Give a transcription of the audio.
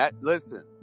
Listen